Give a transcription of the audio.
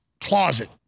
closet